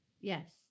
Yes